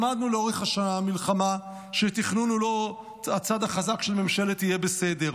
למדנו לאורך המלחמה שתכנון הוא לא הצד החזק של ממשלת "יהיה בסדר".